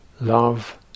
love